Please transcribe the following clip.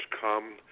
come